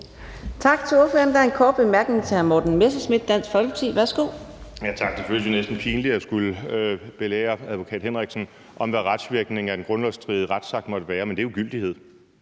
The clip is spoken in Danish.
Tak til ordføreren. Der er en kort bemærkning til hr. Morten Messerschmidt, Dansk Folkeparti. Værsgo. Kl. 14:55 Morten Messerschmidt (DF): Det føles jo næsten pinligt at skulle belære advokat Preben Bang Henriksen om, hvad retsvirkningen af den grundlovsstridige retsakt måtte være, men det er jo gyldighed.